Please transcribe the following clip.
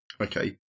okay